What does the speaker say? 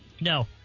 No